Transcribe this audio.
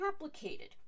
complicated